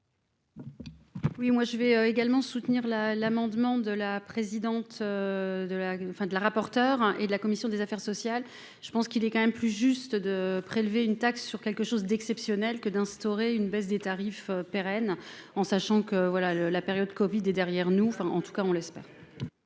Oui, moi je vais également soutenir la l'amendement de la présidente de la fin de la rapporteure et de la commission des affaires sociales, je pense qu'il est quand même plus juste de prélever une taxe sur quelque chose d'exceptionnel que d'instaurer une baisse des tarifs pérenne en sachant que, voilà le la période Covid est derrière nous, enfin en tout cas on le.